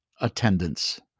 attendance